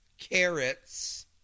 carrots